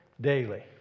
daily